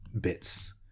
bits